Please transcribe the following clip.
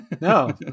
No